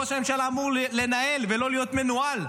ראש הממשלה אמור לנהל ולא להיות מנוהל,